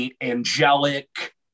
angelic